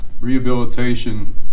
rehabilitation